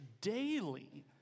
daily